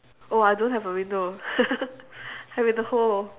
oh I don't have a window I'm in the hole